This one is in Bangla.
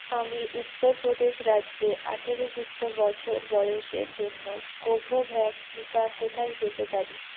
আমি উত্তর প্রদেশ রাজ্যে আঠারো যুক্ত বছর বয়সের জন্য কোভোভ্যাক্স টিকা কোথায় পেতে পারি